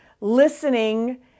listening